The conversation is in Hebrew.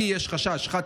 כי יש חשש 1,